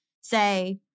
say